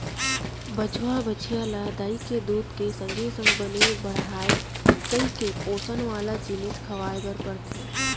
बछवा, बछिया ल दाई के दूद के संगे संग बने बाढ़य कइके पोसन वाला जिनिस खवाए बर परथे